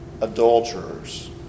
adulterers